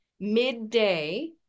midday